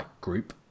group